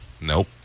Nope